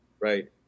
right